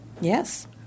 Yes